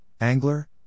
Angler